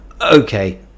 Okay